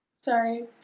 Sorry